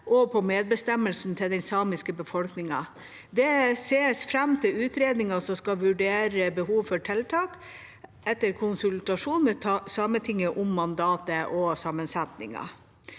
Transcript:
og medbestemmelsen til den samiske befolkningen. Det ses fram til utredningen som skal vurdere behovet for tiltak etter konsultasjon med Sametinget om mandatet og sammensetningen.